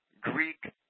Greek